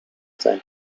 sein